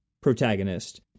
protagonist